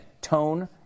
tone